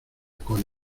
con